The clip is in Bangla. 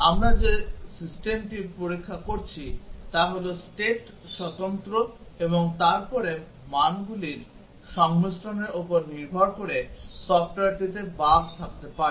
আমরা যে সিস্টেমটি পরীক্ষা করছি তা হল state স্বতন্ত্র এবং তারপরে মানগুলির সংমিশ্রণের উপর নির্ভর করে সফ্টওয়্যারটিতে বাগ থাকতে পারে